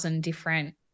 different